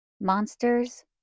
Monsters